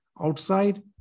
outside